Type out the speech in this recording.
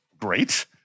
great